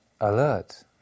alert